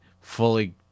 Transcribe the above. fully